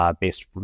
Based